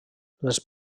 les